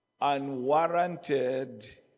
unwarranted